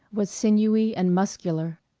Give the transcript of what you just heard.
was sinewy and muscular,